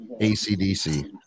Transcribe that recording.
ACDC